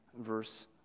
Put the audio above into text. verse